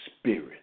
Spirit